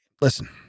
Listen